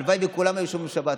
הלוואי שכולם היו שומרים שבת,